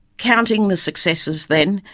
counting the successes, then,